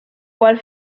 cual